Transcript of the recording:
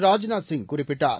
ராஜ்நாத் சிங் குறிப்பிட்டார்